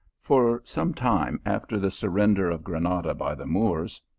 for some time after the surrender of granada by the moors,